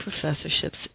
professorships